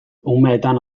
umetan